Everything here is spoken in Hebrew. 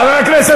חברת הכנסת